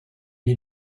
den